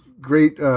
great